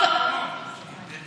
ומה היה ב-12 שנים האחרונות?